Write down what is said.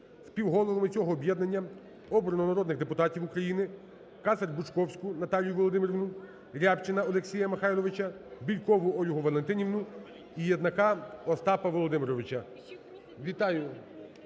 Співголовами цього об'єднання обрано народних депутатів України Кацер-Бучковську Наталію Володимирівну, Рябчина Олексія Михайловича, Бєлькову Ольгу Валентинівну і Єднака Остапа Володимировича. Вітаю